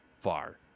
far